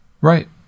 Right